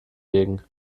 wegen